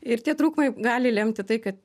ir tie trūkumai gali lemti tai kad